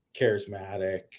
charismatic